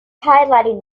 highlighting